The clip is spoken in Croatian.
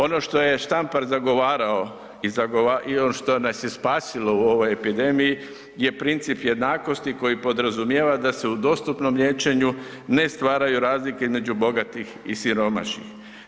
Ono što je Štampar zagovarao i što nas je spasilo u ovoj epidemiji je princip jednakosti koji podrazumijeva da se u dostupnom liječenju ne stvaraju razlike između bogatih i siromašnih.